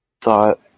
thought